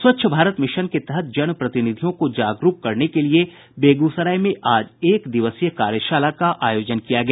स्वच्छ भारत मिशन के तहत जन प्रतिनिधियों को जागरूक करने के लिये बेगूसराय में आज एक दिवसीय कार्यशाला का आयोजन किया गया